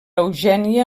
eugènia